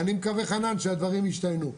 ואני מקווה, חנן, שהדברים ישתנו.